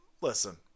listen